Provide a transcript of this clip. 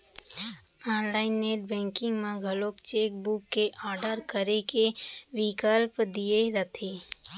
online net banking म घलौ cheque book के आडर करे के बिकल्प दिये रथे